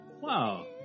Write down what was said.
Wow